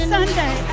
Sunday